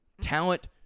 Talent